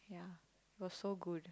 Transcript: ya was so good